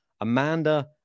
Amanda